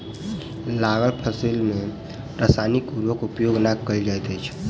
लागल फसिल में रासायनिक उर्वरक उपयोग नै कयल जाइत अछि